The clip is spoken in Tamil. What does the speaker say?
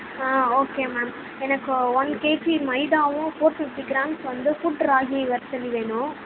ஆ ஓகே மேம் எனக்கு ஒன் கேஜி மைதாவும் ஃபோர் ஃபிஃப்டி கிராம்ஸ் வந்து ஃபுட் ராகி வெர்ஸலி வேணும்